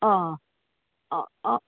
हय